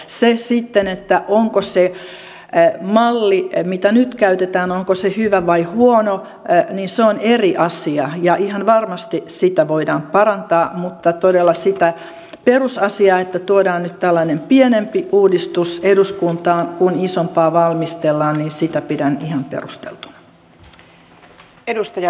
se sitten onko se malli mitä nyt käytetään hyvä vai huono on eri asia ja ihan varmasti sitä voidaan parantaa mutta todella sitä perusasiaa että tuodaan nyt tällainen pienempi uudistus eduskuntaan kun isompaa valmistellaan pidän ihan perusteltuna